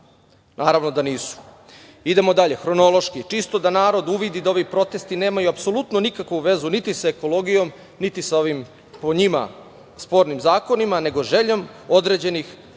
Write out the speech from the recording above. Naravno da nisu. Idemo dalje, hronološki, čisto da narod uvidi da ovi protesti nemaju apsolutno nikakvu vezu niti sa ekologijom, niti sa ovim, po njima, spornim zakonima, nego željom određenih